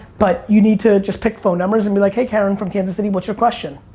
but you need to just pick phone numbers. and be like hey, karen from kansas city, what's your question?